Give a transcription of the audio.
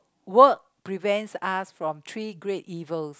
work prevents us from three great evils